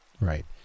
right